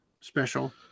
special